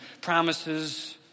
promises